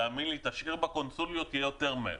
תאמין לי, תשאיר בקונסוליות, זה יהיה יותר מהר.